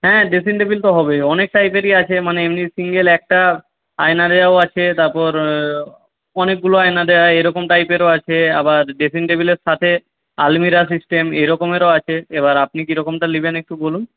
হ্যাঁ dressing table তো হবেই অনেক টাইপেরই আছে মানে এমনি সিঙ্গেল একটা আয়নারও আছে তারপর অনেকগুলো আয়না দেওয়া এইরকম টাইপেরও আছে আবার ড্রেসিং টেবিলের সাথে আলমিরা সিস্টেম এরকমেরও আছে এবার আপনি কীরকমটা নেবেন একটু বলুন